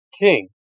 king